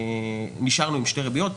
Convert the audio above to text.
נשארנו עם שתי ריביות.